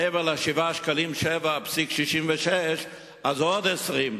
מעבר ל-7.66 הוא עוד 20,